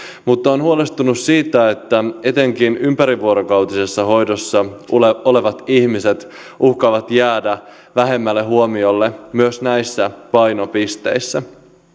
mutta olen huolestunut siitä että etenkin ympärivuorokautisessa hoidossa olevat olevat ihmiset uhkaavat jäädä vähemmälle huomiolle myös näissä painopisteissä